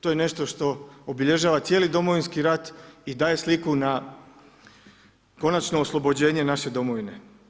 To je nešto što obilježava cijeli Domovinski rat i daje sliku na konačno oslobođenje naše Domovine.